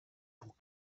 pour